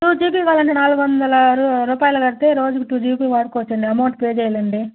two GB కావాలంటే నాలుగు వందల రు రూపాయలు కడితే రోజుకి టూ జీబీ వాడుకోవచ్చు అండి అమౌంట్ పే చేయాలండి